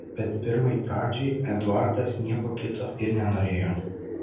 bet pirmai pradžiai eduardas nieko kito ir nenorėjo